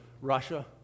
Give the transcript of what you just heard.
Russia